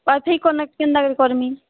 Y FI connect କେନ୍ତା କରି କରିମି